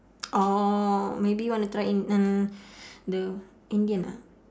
orh maybe want to try in uh the indian ah